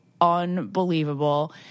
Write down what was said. unbelievable